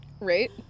Right